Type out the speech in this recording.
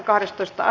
asia